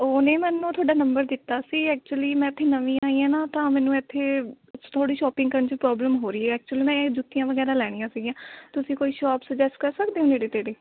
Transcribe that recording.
ਉਹਨੇ ਮੈਨੂੰ ਤੁਹਾਡਾ ਨੰਬਰ ਦਿੱਤਾ ਸੀ ਐਕਚੁਲੀ ਮੈਂ ਇੱਥੇ ਨਵੀਂ ਆਈ ਹਾਂ ਨਾ ਤਾਂ ਮੈਨੂੰ ਇੱਥੇ ਥੋੜ੍ਹੀ ਸ਼ੋਪਿੰਗ ਕਰਨ 'ਚ ਪ੍ਰੋਬਲਮ ਹੋ ਰਹੀ ਹੈ ਐਕਚੁਅਲੀ ਮੈਂ ਜੁੱਤੀਆਂ ਵਗੈਰਾ ਲੈਣੀਆਂ ਸੀਗੀਆਂ ਤੁਸੀਂ ਕੋਈ ਸ਼ੋਪ ਸੁਜੈਸਟ ਕਰ ਸਕਦੇ ਹੋ ਨੇੜੇ ਤੇੜੇ